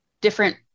different